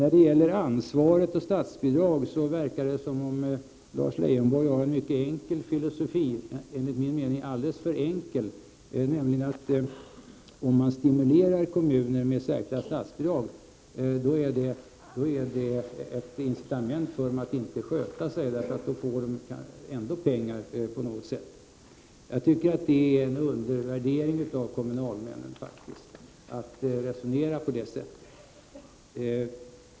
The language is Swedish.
När det gäller ämnet ansvar och statsbidrag verkar det som om Lars Leijonborg har en mycket enkel filosofi — enligt min mening alldeles för enkel —, nämligen den att om man stimulerar kommuner genom att inrätta särskilda statsbidrag, då är det ett incitament för dem att inte sköta sig; de får ju ändå pengar på något sätt. Det resonemanget är faktiskt en undervärdering av kommunalmännen.